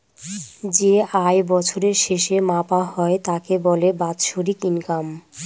যে আয় বছরের শেষে মাপা হয় তাকে বলে বাৎসরিক ইনকাম